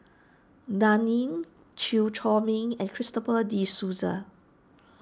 Dan Ying Chew Chor Meng and Christopher De Souza